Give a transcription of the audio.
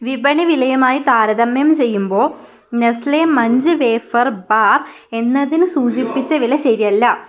വിപണി വിലയുമായി താരതമ്യം ചെയ്യുമ്പോൾ നെസ്ലെ മഞ്ച് വേഫർ ബാർ എന്നതിന് സൂചിപ്പിച്ച വില ശരിയല്ല